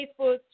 Facebook